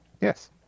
Yes